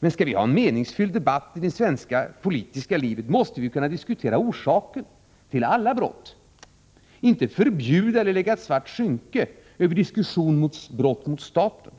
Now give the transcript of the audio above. Men skall vi ha en meningsfylld debatt i det svenska politiska livet, då måste vi kunna diskutera orsaker till alla brott, och då får vi inte förbjuda eller lägga ett svart skynke över diskussionen om just brott mot staten.